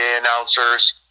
announcers